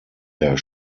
der